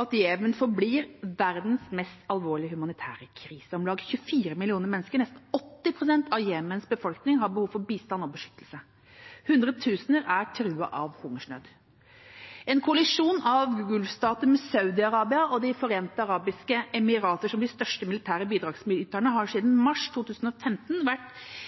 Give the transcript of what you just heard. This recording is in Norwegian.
at Jemen forblir verdens mest alvorlige humanitære krise. Om lag 24 millioner mennesker, nesten 80 pst. av Jemens befolkning, har behov for bistand og beskyttelse. Hundretusener er truet av hungersnød. En koalisjon av gulfstater med Saudi-Arabia og De forente arabiske emirater som de største militære bidragsyterne har siden mars 2015 vært